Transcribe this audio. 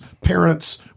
parents